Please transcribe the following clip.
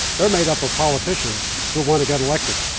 they're made up of politicians who want to get elected.